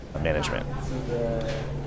management